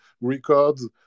records